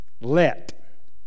let